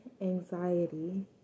anxiety